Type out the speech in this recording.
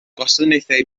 gwasanaethau